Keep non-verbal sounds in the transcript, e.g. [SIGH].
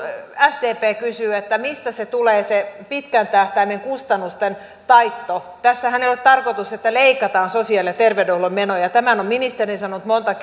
sdp kysyi mistä tulee se pitkän tähtäimen kustannusten taitto tässähän ei ole tarkoitus että leikataan sosiaali ja terveydenhuolloin menoja tämän on ministeri sanonut monta [UNINTELLIGIBLE]